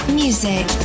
music